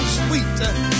sweet